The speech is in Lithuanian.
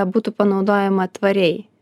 būtų panaudojama tvariai